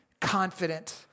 confident